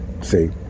See